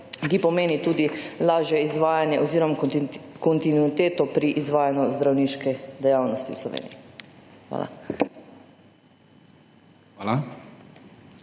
ki pomeni tudi lažje izvajanje oziroma kontinuiteto pri izvajanju zdravniške dejavnosti v Sloveniji. Hvala.